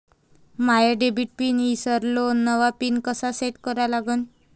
माया debit PIN ईसरलो, नवा PIN कसा सेट करा लागन?